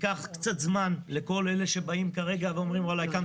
ייקח קצת זמן, לכל אלה ששואלים מה עם האגף.